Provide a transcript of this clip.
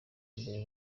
mbere